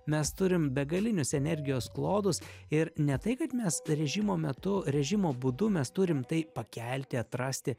mes turim begalinius energijos klodus ir ne tai kad mes režimo metu režimo būdu mes turim tai pakelti atrasti